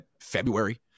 February